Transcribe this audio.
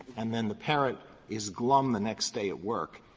and then the parent is glum the next day at work.